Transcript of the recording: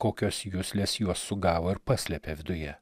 kokios juslės juos sugavo ir paslepia viduje